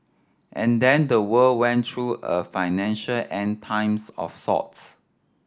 and then the world went through a financial End Times of sorts